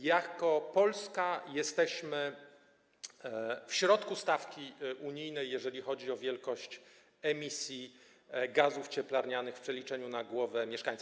Jako Polska jesteśmy w środku stawki unijnej, jeżeli chodzi o wielkość emisji gazów cieplarnianych w przeliczeniu na głowę, na mieszkańca.